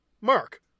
Mark